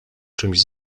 czymś